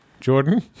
Jordan